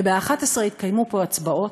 וב-23:00 יתקיימו פה הצבעות.